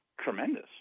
tremendous